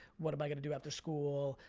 what am i gonna do after school,